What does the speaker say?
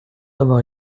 d’avoir